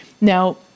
Now